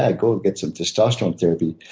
ah go get some testosterone therapy.